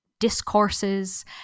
Discourses